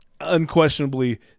unquestionably